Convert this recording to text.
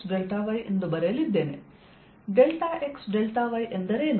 XY ಎಂದರೇನು